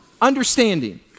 understanding